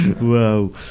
Wow